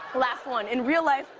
last one. in real life,